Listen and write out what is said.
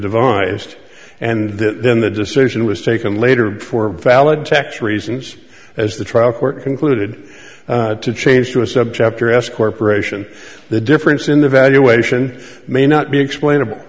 devised and then the decision was taken later for valid tax reasons as the trial court concluded to change to a subchapter s corporation the difference in the valuation may not be explainable